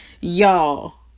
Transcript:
y'all